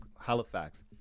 Halifax